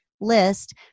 list